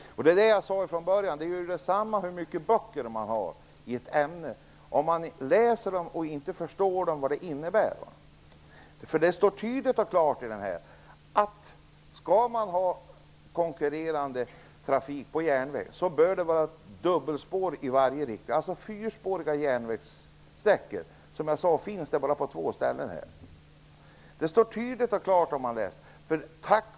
Det var det jag sade från början. Det gör detsamma hur många böcker man har i ett ämne, om man läser dem och inte förstår vad de innebär. Det står tydligt och klart: Skall man ha konkurrerande trafik på järnväg, bör den vara dubbelspårig i varje riktning. Sådana finns det bara på två ställen. Det står tydligt och klart, om man läser det.